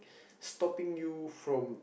stopping you from